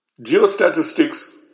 Geostatistics